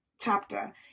chapter